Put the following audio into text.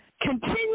Continue